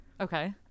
okay